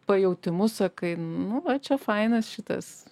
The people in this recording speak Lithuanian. pajautimu sakai nu va čia fainas šitas